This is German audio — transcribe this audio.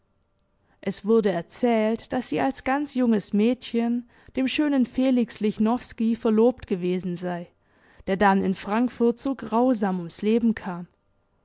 es wurde erzählt daß sie als ganz junges mädchen dem schönen felix lichnowski verlobt gewesen sei der dann in frankfurt so grausam ums leben kam